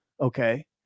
Okay